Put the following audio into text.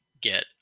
get